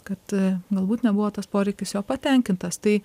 kad galbūt nebuvo tas poreikis jo patenkintas tai